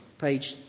page